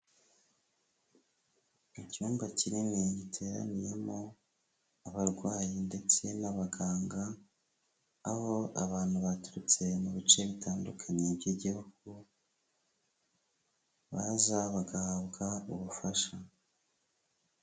Icyumba kinini giteraniyemo abarwayi ndetse n'abaganga, aho abantu baturutse mu bice bitandukanye by'igihugu baza bagahabwa ubufasha.